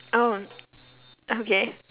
oh okay